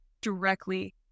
directly